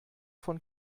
von